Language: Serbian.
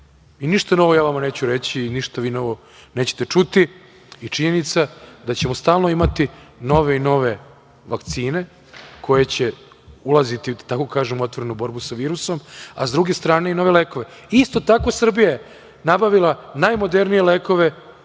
i ništa novo ja vama neću reći i ništa vi novo nećete čuti i činjenica je da ćemo stalno imati nove i nove vakcine, koje će ulaziti, da tako kažem, u otvorenu borbu sa virusom, a s druge strane i nove lekove. Isto tako, Srbija je nabavila najmodernije lekove kako bi